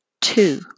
two